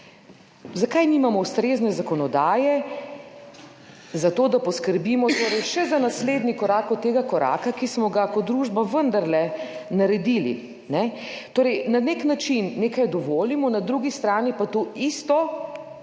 Zakaj nimamo ustrezne zakonodaje za to, da poskrbimo torej še za naslednji korak od tega koraka, ki smo ga kot družba vendarle naredili? Ne. Torej, na nek način nekaj dovolimo, na drugi strani pa to isto